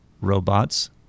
robots